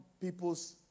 people's